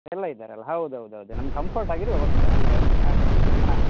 ಎಲ್ಲ ಇದ್ದಾರಲ್ಲ ಹೌದು ಹೌದು ಹೌದು ನಮ್ಗೆ ಕಂಫರ್ಟ್ ಆಗಿರೊ ಒಟ್ಲ್ ಅಂದರೆ ಹಾಂ ಹಾಂ